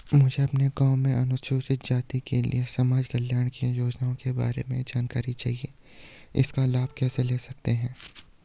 मुझे अपने गाँव में अनुसूचित जाति के लिए समाज कल्याण की योजनाओं के बारे में जानकारी चाहिए इसका लाभ कैसे ले सकते हैं?